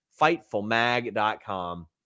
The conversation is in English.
FightfulMag.com